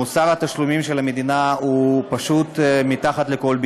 מוסר התשלומים של המדינה הוא פשוט מתחת לכל ביקורת.